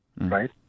right